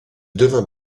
devient